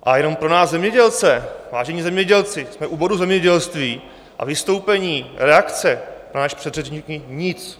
A jenom pro nás zemědělce: Vážení zemědělci, jsme u bodu zemědělství a vystoupení reakce, náš předřečník nic.